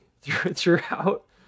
throughout